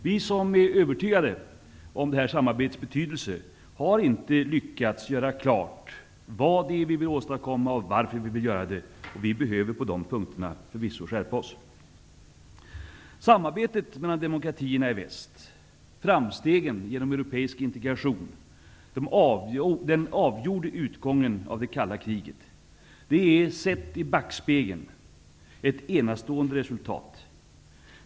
Vi som är övertygade om det här samarbetets betydelse har inte lyckats göra klart vad det är vi vill åstadkomma och varför vi vill göra det. På de punkterna behöver vi förvisso skärpa oss. Samarbetet mellan demokratierna i väst och framstegen genom europeisk integration avgjorde utgången av det kalla kriget. Det är, sett i backspegeln, ett enastående resultat.